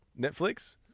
Netflix